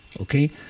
Okay